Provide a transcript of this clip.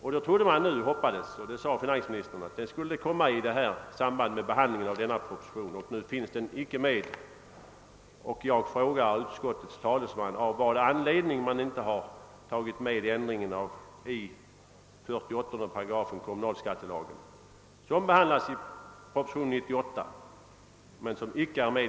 Jag trodde och hoppades att detta skulle ske i samband med behandlingen av denna proposition, såsom finansministern sade, men här finns förslaget inte med.